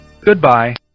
goodbye